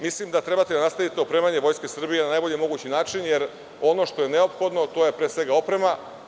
Mislim da treba da nastavite opremanje Vojske Srbije na najbolji mogući način jer ono što je neophodno je pre svega oprema.